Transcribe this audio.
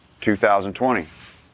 2020